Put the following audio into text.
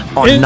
on